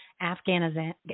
Afghanistan